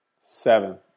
seven